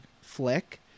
flick